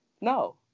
no